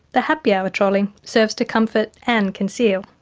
the happy hour trolley serves to comfort and conceal,